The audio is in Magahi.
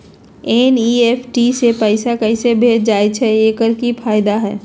एन.ई.एफ.टी से पैसा कैसे भेजल जाइछइ? एकर की फायदा हई?